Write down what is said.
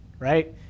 Right